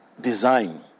design